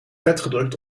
vetgedrukt